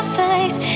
face